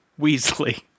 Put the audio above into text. Weasley